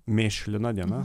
mėšlina diena